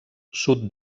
sud